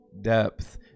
depth